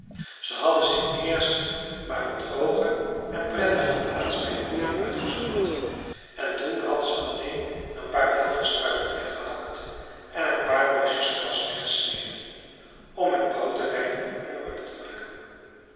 ze hadden zich eerst maar een droge en prettige plaats bij t meer uitgezocht en toen hadden ze alleen een paar wilgestruiken weggehakt en een paar bosjes gras weggesneden om hun bouwterrein in orde te maken